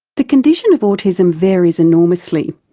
the condition of autism various enormously.